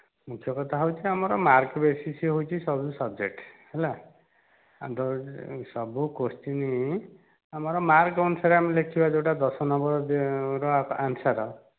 ମୁଖ୍ୟ କଥା ହେଉଛି ମାର୍କ ବେସିସ୍ ହେଉଛି ସବୁ ସବଜେକ୍ଟ ହେଲା ସବୁ କ୍ଵେଶ୍ଚିନ୍ ଆମର ମାର୍କ ଅନୁସାରେ ଆମେ ଲେଖିବା ଯେଉଁଟା ଦଶ ନମ୍ବରର ଆନ୍ସର୍